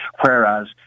whereas